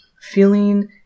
Feeling